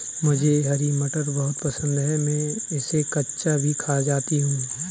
मुझे हरी मटर बहुत पसंद है मैं इसे कच्चा भी खा जाती हूं